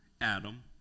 Adam